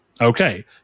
okay